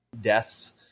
deaths